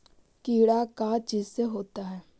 कीड़ा का चीज से होता है?